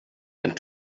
and